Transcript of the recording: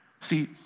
See